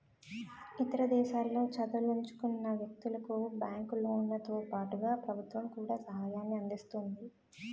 ఇతర దేశాల్లో చదవదలుచుకున్న వ్యక్తులకు బ్యాంకు లోన్లతో పాటుగా ప్రభుత్వం కూడా సహాయాన్ని అందిస్తుంది